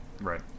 right